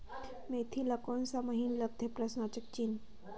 मेंथी ला कोन सा महीन लगथे?